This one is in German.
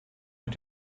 mit